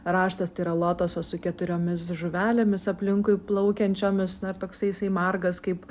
raštas tai yra lotoso su keturiomis žuvelėmis aplinkui plaukiančiomis na ir toksai jisai margas kaip